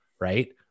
right